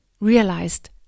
realized